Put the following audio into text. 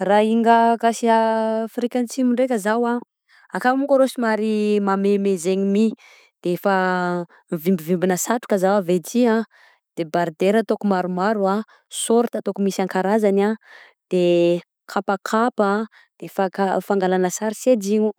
Ra inga akasy Afrika Asimo ndraika zaho a, akagny monko arô somary mameimey zegny my defa mivimbivimbina satroka zaho avy aty an, debardeure ataoko maromaro a, sôrta ataoko misy an-karazany, de kapakapa, de fanka- fangalagna sary sadino.